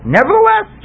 Nevertheless